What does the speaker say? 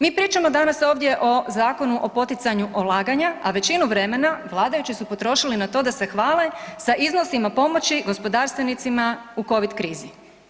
Mi pričamo danas ovdje o Zakonu o poticanju ulaganja, a većinu vremena vladajući su potrošili na to da se hvale sa iznosima pomoći gospodarstvenicima u covid krizi.